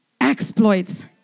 exploits